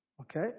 Okay